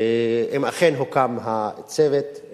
אם אכן הוקם הצוות.